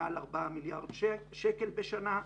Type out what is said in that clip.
מעל ארבעה מיליארד שקל בשנה.